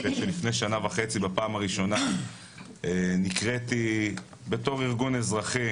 אחרי שלפני שנה וחצי בפעם הראשונה נקראתי בתור ארגון אזרחי